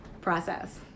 process